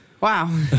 Wow